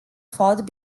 fought